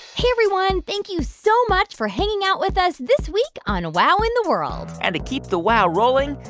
hey, everyone. thank you so much for hanging out with us this week on wow in the world and to keep the wow rolling,